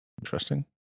interesting